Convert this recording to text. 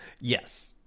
Yes